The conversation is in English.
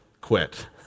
quit